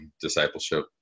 discipleship